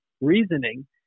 reasoning